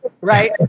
Right